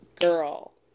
girl